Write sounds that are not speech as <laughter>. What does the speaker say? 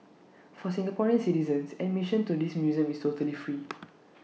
for Singaporean citizens admission to this museum is totally free <noise>